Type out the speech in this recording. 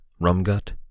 Rumgut